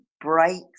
bright